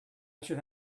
should